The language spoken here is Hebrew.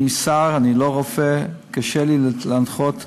אני שר, אני לא רופא, קשה לי להנחות דברים.